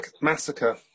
massacre